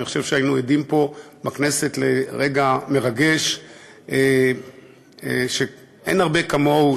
אני חושב שהיינו עדים פה בכנסת לרגע מרגש שאין הרבה כמוהו,